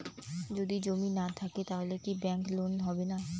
যদি জমি না থাকে তাহলে কি ব্যাংক লোন হবে না?